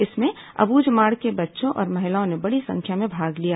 इसमें अब्झमाड़ के बच्चों और महिलाओं ने बड़ी संख्या में भाग लिया